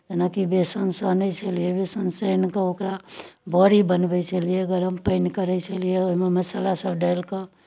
जेनाकि बेसन सनै छलियै बेसन सानि कऽ ओकरा बरी बनबै छलियै गरम पानि करै छलियै ओहिमे मसालासभ डालि कऽ